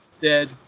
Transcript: dead